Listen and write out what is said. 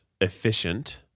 efficient